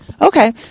Okay